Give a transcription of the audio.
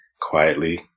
quietly